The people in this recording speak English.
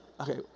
Okay